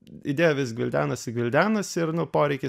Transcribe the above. idėja vis gvildenosi gvildenosi ir nu poreikis